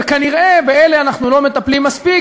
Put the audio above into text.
וכנראה באלה אנחנו לא מטפלים מספיק,